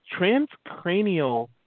transcranial